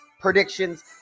predictions